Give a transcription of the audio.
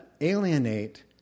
alienate